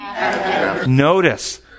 Notice